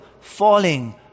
falling